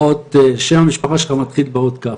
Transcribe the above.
שם המשפחה שלך מתחיל באות כ',